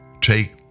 take